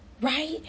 right